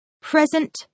Present